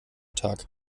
tag